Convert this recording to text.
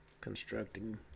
constructing